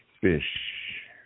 fish